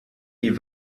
die